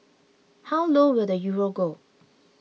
how low will the Euro go